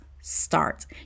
start